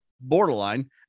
Borderline